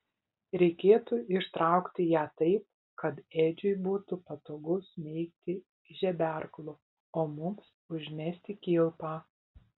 reikėtų ištraukti ją taip kad edžiui būtų patogu smeigti žeberklu o mums užmesti kilpą